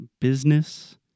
business